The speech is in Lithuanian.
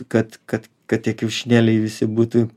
kad kad kad tie kiaušinėliai visi būtų